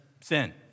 sin